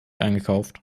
eingekauft